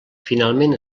finalment